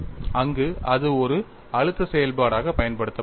அங்கு அது ஒரு அழுத்த செயல்பாடாக பயன்படுத்தப்பட்டது